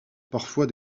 parfois